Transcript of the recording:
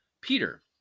Peter